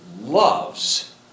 loves